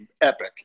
epic